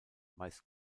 meist